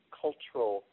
cultural